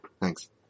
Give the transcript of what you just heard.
Thanks